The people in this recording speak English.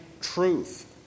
truth